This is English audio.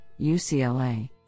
UCLA